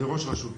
זה ראש רשות.